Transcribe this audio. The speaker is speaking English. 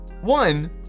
One